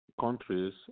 countries